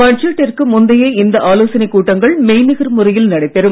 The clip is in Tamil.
பட்ஜெட்டிற்கு முந்தைய இந்த ஆலோசனை கூட்டங்கள் மெய்நிகர் முறையில் நடைபெறும்